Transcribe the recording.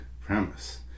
premise